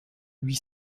huit